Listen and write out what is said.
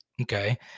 Okay